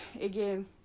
again